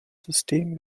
system